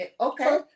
Okay